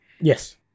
Yes